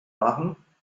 machen